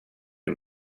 din